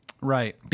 Right